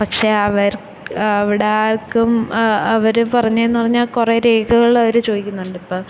പക്ഷെ അവര്ക്ക് അവിടെയാര്ക്കും അവര് പറഞ്ഞതെന്ന് പറഞ്ഞാൽ കുറേ രേഖകളവർ ചോദിയിക്ക്ന്നുണ്ടിപ്പം